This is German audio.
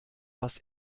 was